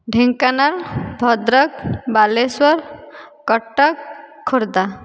Dhenkanal Bhadrak Balasore Cuttack Khordha